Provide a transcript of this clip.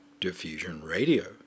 Diffusionradio